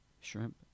Shrimp